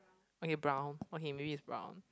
okay brown okay maybe is brown